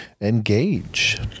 engage